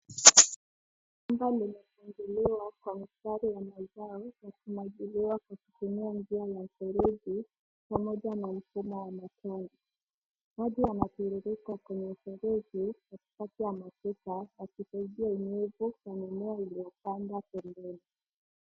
Shamba limefunguliwa kwa ustadi wamanjao na kumwagiliwa kwa kutumia njia ya seruji pamoja na mfumo wa matone. Maji yanatiririka kwenye seruji katikati ya matuta yakisaidia unyevu kwa mimea iliyopandwa pembeni.